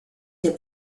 der